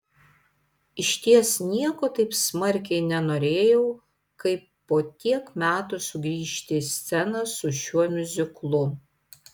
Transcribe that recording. išties nieko taip smarkiai nenorėjau kaip po tiek metų sugrįžti į sceną su šiuo miuziklu